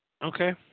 Okay